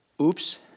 oops